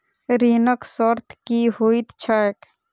ऋणक शर्त की होइत छैक?